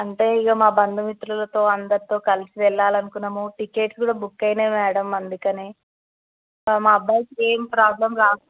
అంటే ఇగ మా బంధుమిత్రులతో అందరితో కలిసి వెళ్ళాలి అనుకున్నాము టికెట్ కూడా బుక్ అయినాయి మ్యాడమ్ అందుకని మా అబ్బాయికి ఏమి ప్రోబ్లం రా